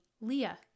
Leah